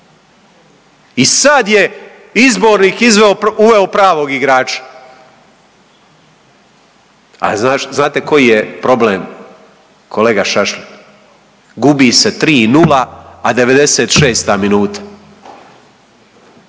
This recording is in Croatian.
I sad je izbornik izveo, uveo pravog igrača. A znate koji je problem, kolega Šašlin? Gubi se 3-0, a 96. minuta.